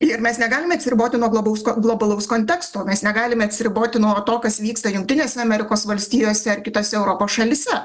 ir mes negalime atsiriboti nuo globaus globalaus konteksto mes negalime atsiriboti nuo to kas vyksta jungtinėse amerikos valstijose ar kitose europos šalyse